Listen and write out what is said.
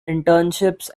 internships